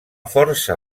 força